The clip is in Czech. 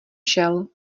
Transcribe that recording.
šel